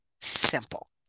simple